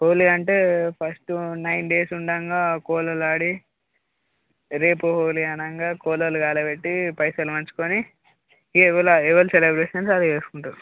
హోలీ అంటే first nine days ఉండగా కోలలు ఆడి రేపు హోలీ అనంగా కోలలు కాలపెట్టి పైసలు పంచుకొని ఇగ ఎవరి ఎవరి సెలబ్రేషన్స్ వాళ్ళు చేసుకుంటారు